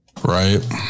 right